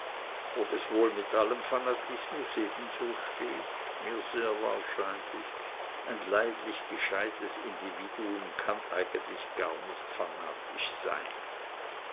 ob es wohl mit allem fanatismus ebenso steht mir sehr wahrscheinlich ein leidlich gescheites individuum kann eigentlich gar nicht fanatisch sein